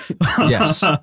Yes